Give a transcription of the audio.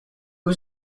was